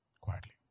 Quietly